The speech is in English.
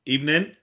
Evening